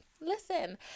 Listen